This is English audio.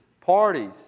Parties